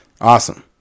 Awesome